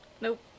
Nope